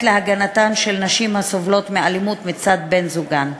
להגנתן של נשים הסובלות מאלימות מצד בן-זוגן.